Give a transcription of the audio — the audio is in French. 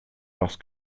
parce